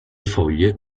foglie